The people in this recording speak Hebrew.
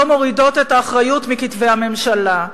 לא מורידות את האחריות מכתפי הממשלה.